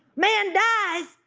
man dies,